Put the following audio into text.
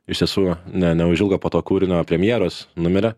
iš tiesų ne neužilgo po to kūrinio premjeros numirė